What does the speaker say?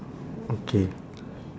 okay